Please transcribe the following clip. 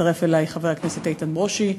הצטרף אלי חבר הכנסת איתן ברושי,